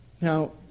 Now